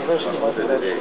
"תוכנית עבודה: